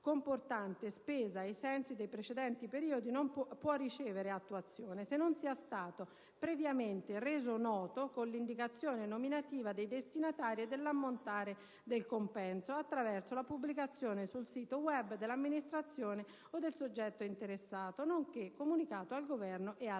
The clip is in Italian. comportante spesa, ai sensi dei precedenti periodi, può ricevere attuazione, se non sia stato previamente reso noto, con l'indicazione nominativa dei destinatari e dell'ammontare del compenso, attraverso la pubblicazione sul sito *web* dell'amministrazione o del soggetto interessato, nonché comunicato al Governo e al